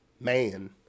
Man